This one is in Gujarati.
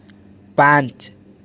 પાંચ